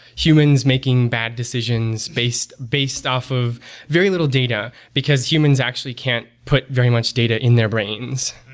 humans making bad decisions based based off of very little data, because humans actually can't put very much data in their brains